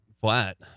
flat